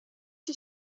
die